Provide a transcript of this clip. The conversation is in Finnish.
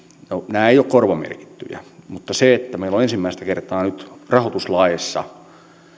nämä eivät ole korvamerkittyjä mutta sillä että meillä on ensimmäistä kertaa nyt rahoituslaeissa